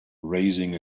raising